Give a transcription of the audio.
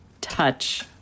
touch